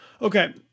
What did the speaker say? Okay